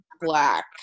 black